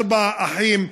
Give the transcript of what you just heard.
ארבעה אחים,